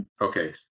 okay